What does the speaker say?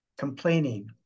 complaining